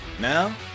Now